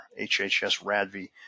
HHS-RADVI